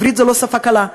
עברית זו לא שפה קלה,